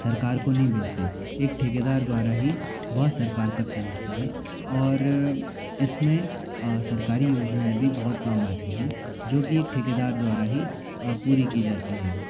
सरकार को नी भेजते एक ठेकेदार द्वारा ही वह सरकार तक पहुंचता है और इस में सरकारी योजनाएं भी बहुत काम आती हैं जो कि एक ठेकेदार द्वारा ही पूरी की जाती है